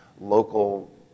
local